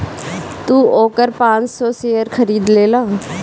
तू ओकर पाँच सौ शेयर खरीद लेला